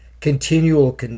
continual